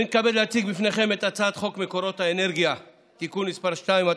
אני מתכבד להציג לפניכם את הצעת חוק מקורות אנרגיה (תיקון מס' 2),